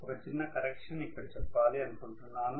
ఒక చిన్న కరెక్షన్ ఇక్కడ చెప్పాలి అనుకుంటున్నాను